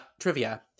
Trivia